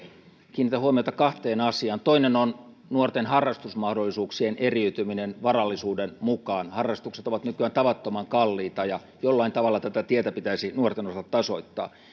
kiinnitän huomiota kahteen asiaan toinen on nuorten harrastusmahdollisuuksien eriytyminen varallisuuden mukaan harrastukset ovat nykyään tavattoman kalliita ja jollain tavalla tätä tietä pitäisi nuorten osalta tasoittaa